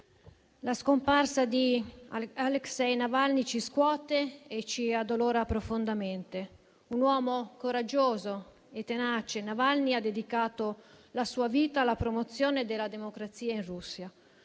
la scomparsa di Aleksej Navalny ci scuote e ci addolora profondamente. Uomo coraggioso e tenace, Navalny ha dedicato la sua vita alla promozione della democrazia in Russia.